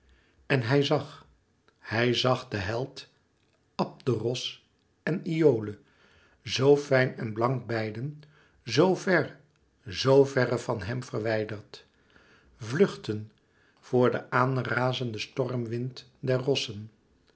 en hij zag hij zag de held abderos en iole zoo fijn en blank beiden zoo ver zoo verre van hèm verwijderd vluchten voor den aanrazenden stormwind der rossen